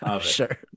Sure